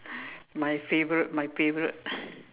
my favorite my favorite